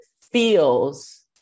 feels